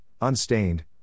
unstained